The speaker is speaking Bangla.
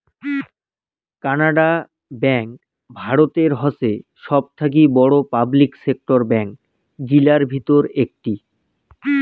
কানাড়া ব্যাঙ্ক ভারতের হসে সবথাকি বড়ো পাবলিক সেক্টর ব্যাঙ্ক গিলার ভিতর একটি